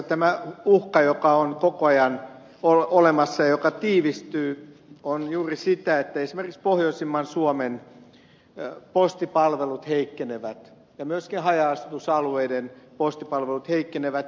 tämä uhka joka on koko ajan olemassa joka tiivistyy on juuri sitä että esimerkiksi pohjoisimman suomen postipalvelut heikkenevät ja myöskin haja asutusalueiden postipalvelut heikkenevät